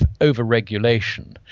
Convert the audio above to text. overregulation